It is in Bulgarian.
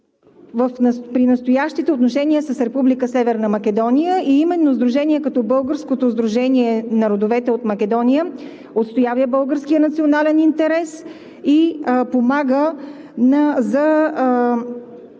при настоящите отношения с Република Северна Македония и именно сдружение като Българското сдружение на родовете от Македония отстоява българският национален интерес и помага за